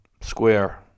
Square